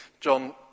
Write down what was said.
john